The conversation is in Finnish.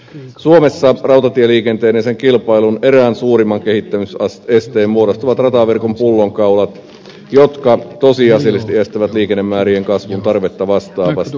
suomessa rautatieliikenteen ja sen kilpailun erään suurimman kehittämisesteen muodostavat rataverkon pullonkaulat jotka tosiasiallisesti estävät liikennemäärien kasvun tarvetta vastaavasti